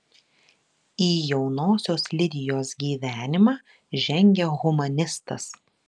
į jaunosios lidijos gyvenimą žengia humanistas